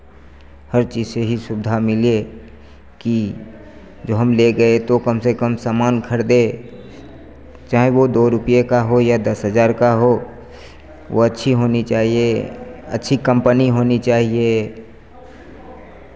हर चीज़ से ही सुविधा मिले कि जो हम ले गए तो कम से कम सामान खरदे चाहे वह दो रुपये का हो या दस हज़ार का हो वह अच्छी होनी चाहिए अच्छी कम्पनी होनी चाहिए